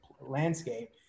landscape